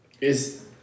Is-